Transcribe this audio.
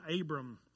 abram